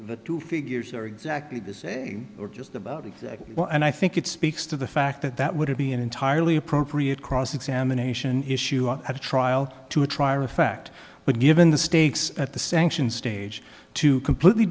the two figures are exactly the say or just about exactly well and i think it speaks to the fact that that would be an entirely appropriate cross examination issue at a trial to a trier of fact but given the stakes at the sanctions stage to completely